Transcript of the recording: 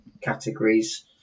categories